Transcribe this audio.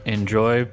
Enjoy